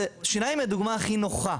שיניים היא הדוגמה הכי נוחה,